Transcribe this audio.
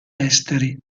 esteri